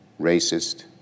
racist